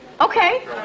Okay